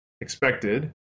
expected